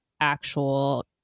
actual